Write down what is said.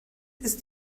ist